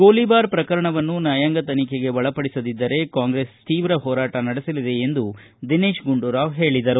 ಗೋಲಿಬಾರ್ ಪ್ರಕರಣವನ್ನು ನ್ಯಾಯಾಂಗ ತನಿಖೆಗೆ ಒಳ ಪಡಿಸದಿದ್ದರೆ ಕಾಂಗ್ರೆಸ್ ಪಕ್ಷ ತೀವ್ರ ಹೋರಾಟ ನಡೆಸಲಿದೆ ಎಂದು ದಿನೇಶ್ ಗುಂಡೂರಾವ್ ಹೇಳಿದರು